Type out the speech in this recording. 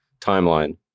timeline